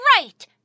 right